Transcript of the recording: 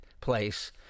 place